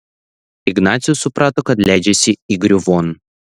ignacius suprato kad leidžiasi įgriuvon